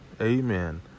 amen